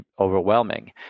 overwhelming